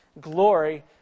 glory